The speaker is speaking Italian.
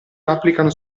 applicano